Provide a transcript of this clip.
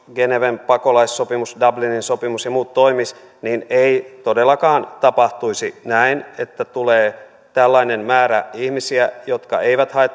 geneven pakolaissopimus dublinin sopimus ja muut toimisivat niin ei todellakaan tapahtuisi näin että tulee tällainen määrä ihmisiä jotka eivät hae